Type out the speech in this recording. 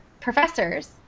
professors